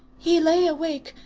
he lay awake,